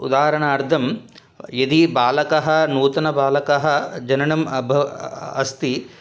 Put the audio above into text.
उदाहरणार्थं यदि बालकः नूतनबालकः जननम् अभ् अस्ति